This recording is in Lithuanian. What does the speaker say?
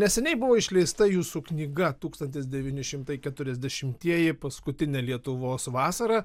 neseniai buvo išleista jūsų knyga tūkstantis devyni šimtai keturiasdešimtieji paskutinė lietuvos vasara